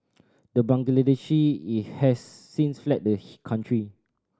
the Bangladeshi has since fled the country